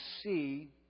see